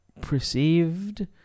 perceived